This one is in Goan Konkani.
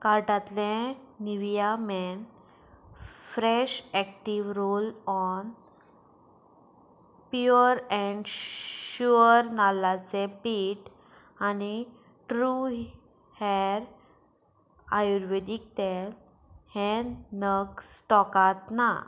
कार्टांतलें Nivea men fresh active roll on pure and sure नाल्लाचें पीठ आनी ट्रू हेर आयुर्वेदीक तेल हे नग स्टॉकांत ना